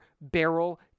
barrel